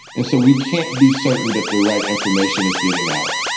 and so we can't be certain that the right information is getting out.